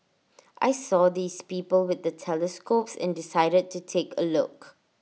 I saw these people with the telescopes and decided to take A look